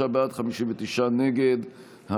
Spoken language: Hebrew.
53 בעד, 59 נגד.